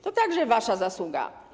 To także wasza zasługa.